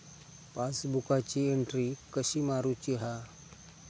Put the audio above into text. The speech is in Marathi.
पासबुकाची एन्ट्री कशी मारुची हा?